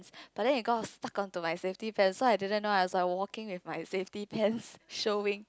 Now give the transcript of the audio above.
but then it got stuck onto my safety pants so I didn't know I was like walking with my safety pants showing